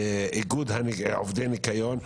איגוד עובדי ניקיון,